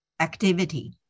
Activity